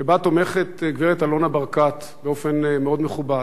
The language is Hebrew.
שבה תומכת הגברת אלונה ברקת, באופן מאוד מכובד,